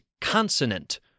consonant